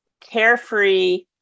carefree